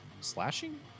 slashing